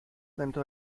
dentro